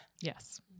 yes